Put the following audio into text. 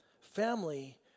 Family